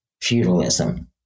feudalism